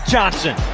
Johnson